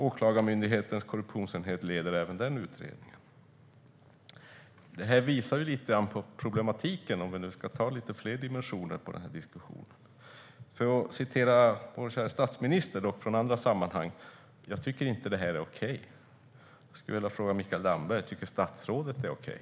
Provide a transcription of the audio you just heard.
Åklagarmyndighetens korruptionsenhet leder även den utredningen. Detta visar något av problematiken, om vi nu ska se fler dimensioner. För att citera vad vår käre statsminister har sagt i ett annat sammanhang: Jag tycker inte det här är okej. Jag skulle vilja fråga Mikael Damberg om han tycker att det är okej.